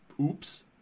Oops